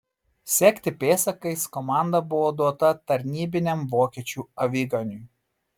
sekti pėdsakais komanda buvo duota tarnybiniam vokiečių aviganiui